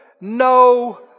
No